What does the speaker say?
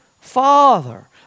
Father